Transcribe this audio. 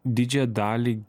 didžiąją dalį